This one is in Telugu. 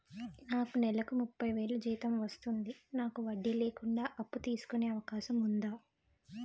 నాకు నేలకు ముప్పై వేలు జీతం వస్తుంది నాకు వడ్డీ లేకుండా అప్పు తీసుకునే అవకాశం ఉందా